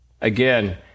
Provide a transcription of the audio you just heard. Again